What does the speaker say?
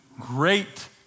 great